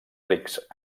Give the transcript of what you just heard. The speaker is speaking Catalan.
rics